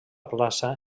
plaça